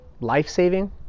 life-saving